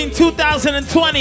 2020